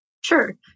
Sure